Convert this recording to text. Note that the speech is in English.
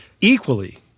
equally